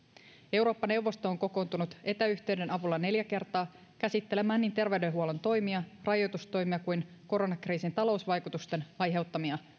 eurooppa neuvosto on kokoontunut etäyhteyden avulla neljä kertaa käsittelemään niin terveydenhuollon toimia rajoitustoimia kuin koronakriisin talousvaikutusten aiheuttamia